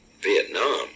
Vietnam